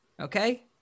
okay